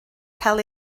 cael